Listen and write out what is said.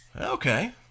Okay